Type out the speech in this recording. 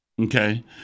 Okay